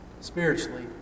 spiritually